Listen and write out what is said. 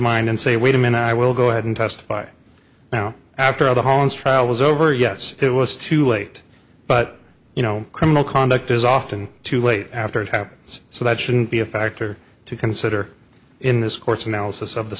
mind and say wait a minute i will go ahead and testify now after idahoans trial was over yes it was too late but you know criminal conduct is often too late after it happens so that shouldn't be a factor to consider in this court's analysis of the